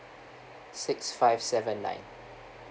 six five seven nine